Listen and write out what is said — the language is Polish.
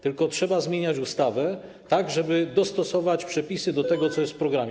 Tylko trzeba zmieniać ustawę tak, żeby dostosować przepisy do tego, co jest w programie?